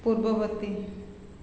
ପୂର୍ବବର୍ତ୍ତୀ